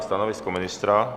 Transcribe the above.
Stanovisko ministra?